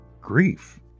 grief